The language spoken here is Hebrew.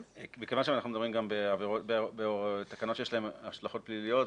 מכיוון שאנחנו מדברים גם בתקנות שיש להן השלכות פליליות,